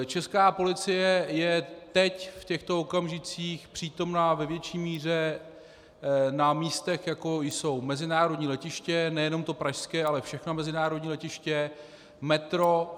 Česká policie je teď, v těchto okamžicích, přítomna ve větší míře na místech, jako jsou mezinárodní letiště, nejenom ta pražská, ale všechna mezinárodní letiště, metro.